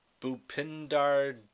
Bupindar